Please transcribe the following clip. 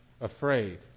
afraid